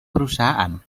perusahaan